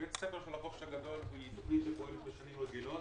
בית הספר של החופש הגדול היא תכנית שפועלת בשנים רגילות,